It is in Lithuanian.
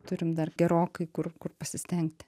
turim dar gerokai kur kur pasistengti